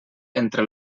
entre